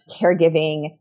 caregiving